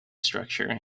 structure